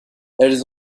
elles